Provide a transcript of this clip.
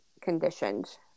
conditioned